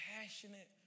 passionate